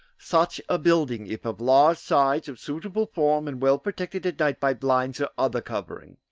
such a building, if of large size, of suitable form, and well protected at night by blinds or other covering,